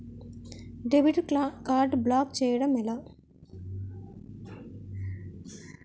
Debit card block చేయటం ఎలా?